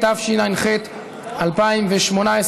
התשע"ח 2018,